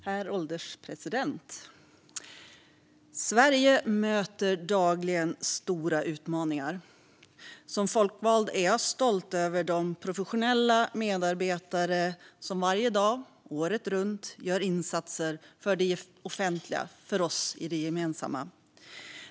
Herr ålderspresident! Sverige möter dagligen stora utmaningar. Som folkvald är jag stolt över de professionella medarbetare som varje dag året runt gör insatser för det offentliga, för oss i det gemensamma.